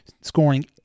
scoring